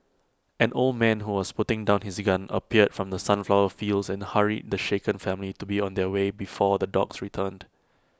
an old man who was putting down his gun appeared from the sunflower fields and hurried the shaken family to be on their way before the dogs returned